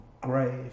grave